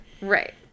Right